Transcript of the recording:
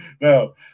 No